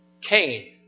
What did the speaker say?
Cain